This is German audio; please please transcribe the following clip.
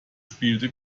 spielte